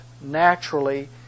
naturally